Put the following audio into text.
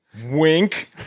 Wink